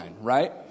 right